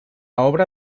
obra